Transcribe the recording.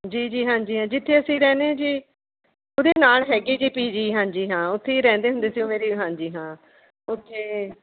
ਜੀ ਜੀ ਹਾਂਜੀ ਹਾਂ ਜਿੱਥੇ ਅਸੀਂ ਰਹਿੰਦੇ ਹਾਂ ਜੀ ਉਹਦੇ ਨਾਲ ਹੈਗੀ ਜੀ ਪੀ ਜੀ ਹਾਂਜੀ ਹਾਂ ਉੱਥੇ ਹੀ ਰਹਿੰਦੇ ਹੁੰਦੇ ਸੀ ਉ ਮੇਰੀ ਹਾਂਜੀ ਹਾਂ ਉੱਥੇ